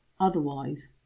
otherwise